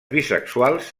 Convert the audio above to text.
bisexuals